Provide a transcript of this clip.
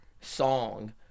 song